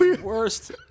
worst